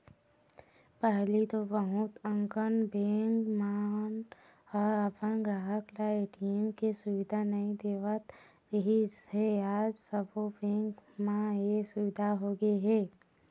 पहिली तो बहुत अकन बेंक मन ह अपन गराहक ल ए.टी.एम के सुबिधा नइ देवत रिहिस हे आज सबो बेंक म ए सुबिधा होगे हे